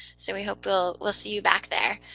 so we hope we'll we'll see you back there.